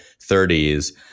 30s